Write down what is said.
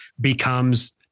becomes